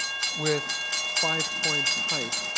with five point type,